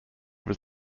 was